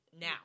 now